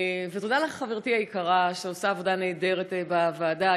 ותודה לך, חברתי היקרה, שעושה עבודה נהדרת בוועדה.